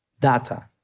data